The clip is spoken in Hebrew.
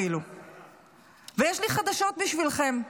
יש לי חדשות בשבילכם,